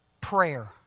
prayer